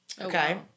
Okay